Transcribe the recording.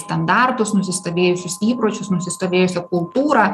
standartus nusistovėjusius įpročius nusistovėjusią kultūrą